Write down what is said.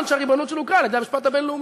שהריבונות שלו הוכרה על-ידי המשפט הבין-לאומי.